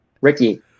Ricky